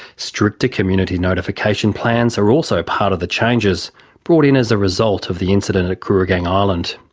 stricter community notification plans are also part of the changes brought in as a result of the incident at kooragang island.